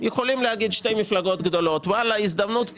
יכולים להגיד שתי מפלגות גדולות שיש הזדמנות פז,